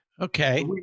Okay